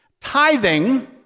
Tithing